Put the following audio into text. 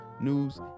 news